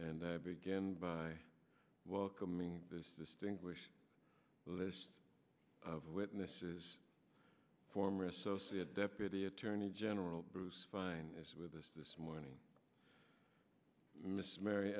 and i began by welcoming this distinguished list of witnesses former associate deputy attorney general bruce fein is with us this morning miss mary